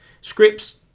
Scripts